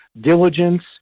diligence